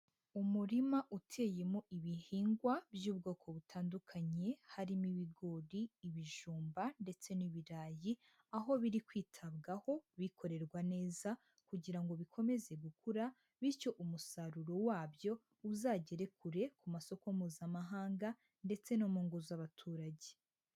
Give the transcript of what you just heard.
Umurima uteyemo ibihingwa by'ubwoko butandukanye harimo ibigori, ibijumba ndetse n'ibirayi, aho biri kwitabwaho bikorerwa neza kugira ngo bikomeze gukura bityo umusaruro wabyo uzagere kure, ku masoko Mpuzamahanga ndetse no mu ngo z'abaturage.